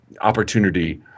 opportunity